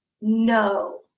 no